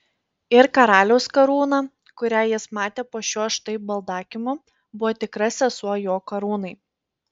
ir karaliaus karūna kurią jis matė po šiuo štai baldakimu buvo tikra sesuo jo karūnai